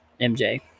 MJ